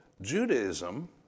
Judaism